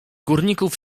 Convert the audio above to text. górników